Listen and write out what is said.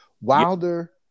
Wilder